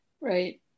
Right